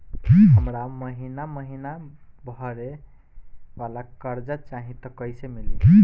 हमरा महिना महीना भरे वाला कर्जा चाही त कईसे मिली?